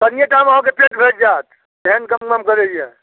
कनिएटामे अहाँके पेट भरि जाएत तेहन गमगम करैए